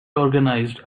organized